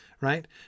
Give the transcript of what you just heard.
right